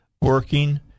working